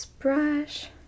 brush